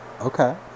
okay